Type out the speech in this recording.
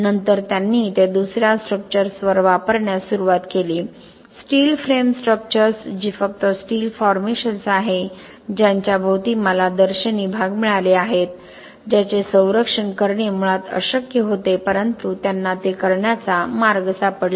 नंतर त्यांनी ते दुसर्या स्ट्रक्चर्सवर वापरण्यास सुरुवात केली स्टील फ्रेम स्ट्रक्चर्स जी फक्त स्टील फॉर्मेशन्स आहे ज्यांच्याभोवती मला दर्शनी भाग मिळाले आहेत ज्याचे संरक्षण करणे मुळात अशक्य होते परंतु त्यांना ते करण्याचा मार्ग सापडला